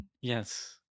Yes